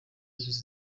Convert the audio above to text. bagize